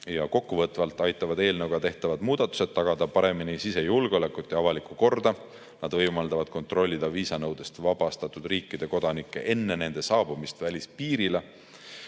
Kokkuvõtvalt aitavad eelnõu kohaselt tehtavad muudatused tagada paremini sisejulgeolekut ja avalikku korda. Nad võimaldavad kontrollida viisanõudest vabastatud riikide kodanikke enne nende saabumist välispiirile.